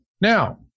Now